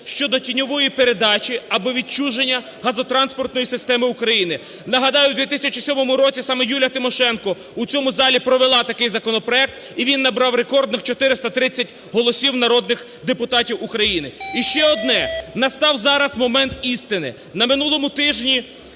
щодо тіньової передачі або відчуження газотранспортної системи України. Нагадаю, у 2007 році саме Юлія Тимошенко в цьому залі провела такий законопроект і він набрав рекордних 430 голосів народних депутатів України. І ще одне. Настав зараз момент істини: на минулому тижні